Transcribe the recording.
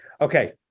Okay